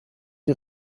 die